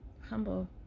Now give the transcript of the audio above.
humble